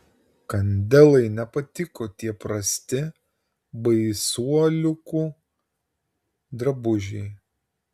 kandelai nepatiko tie prasti baisuoliukų drabužiai